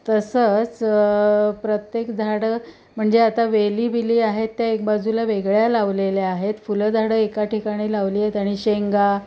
तसंच प्रत्येक झाडं म्हणजे आता वेली बिली आहेत त्या एक बाजूला वेगळ्या लावलेल्या आहेत फुलं झाडं एका ठिकाणी लावली आहेत आणि शेंगा